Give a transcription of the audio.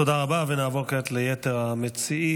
תודה רבה, ונעבור כעת ליתר המציעים.